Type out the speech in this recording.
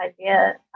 idea